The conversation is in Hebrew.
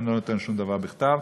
אני לא נותן שום דבר בכתב,